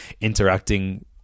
interacting